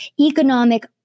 economic